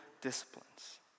disciplines